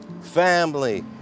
family